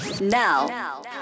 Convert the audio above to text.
Now